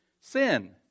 sin